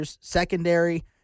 secondary